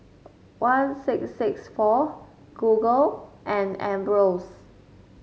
one six six four Google and Ambros